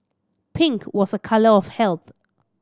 pink was a colour of health